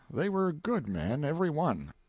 they were good men, every one,